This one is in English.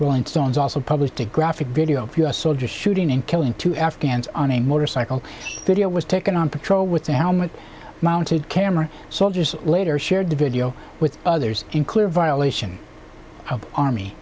rolling stones also published a graphic video us soldiers shooting and killing two afghans on a motorcycle video was taken on patrol with a helmet mounted camera soldiers later shared the video with others in clear violation of army